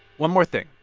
one more thing.